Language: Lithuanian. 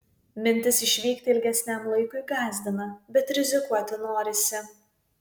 mintis išvykti ilgesniam laikui gąsdina bet rizikuoti norisi